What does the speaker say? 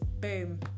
boom